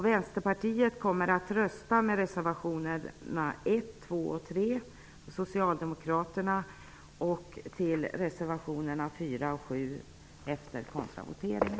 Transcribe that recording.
Vänsterpartiet kommer att rösta för Socialdemokraternas reservationer 1, 2 och 3, och för reservationerna 4 och 7 efter kontravoteringen.